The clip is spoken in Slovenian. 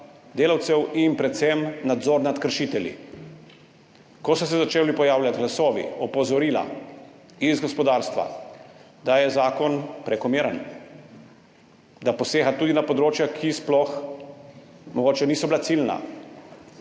delavcev in predvsem nadzor nad kršitelji, ko so se začeli pojavljati glasovi opozoril iz gospodarstva, da je zakon prekomeren, da posega tudi na področja, ki sploh mogoče niso bila ciljna,